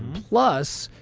plus,